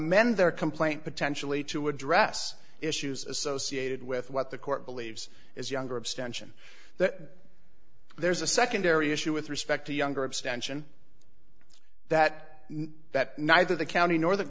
mend their complaint potentially to address issues associated with what the court believes is younger abstention that there's a secondary issue with respect to younger abstention that that neither the county nor the